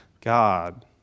God